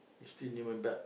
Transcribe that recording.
still human but